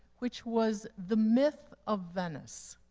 which was the myth of venice.